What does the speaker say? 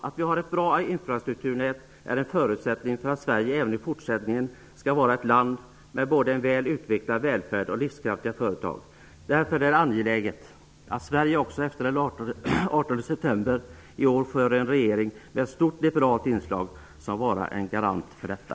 Att vi har ett bra infrastrukturnät är en förutsättning för att Sverige även i fortsättningen skall vara ett land med både en väl utvecklad välfärd och livskraftiga företag. Därför är det angeläget att Sverige också efter den 18 september i år får en regering med ett stort liberalt inslag som kan vara en garant för detta.